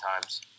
times